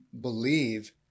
believe